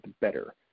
better